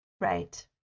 Right